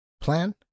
plan